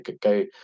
go